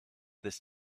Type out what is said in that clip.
this